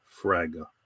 Fraga